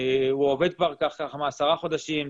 הוא עובד כבר כך עשרה חודשים.